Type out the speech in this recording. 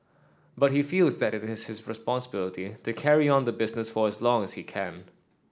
but he feels that it is his responsibility to carry on the business for as long as he can